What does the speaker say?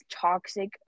toxic